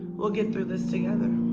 we'll get through this together.